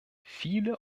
viele